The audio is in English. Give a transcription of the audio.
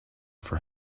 for